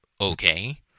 Okay